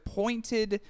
pointed